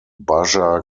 baja